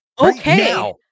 Okay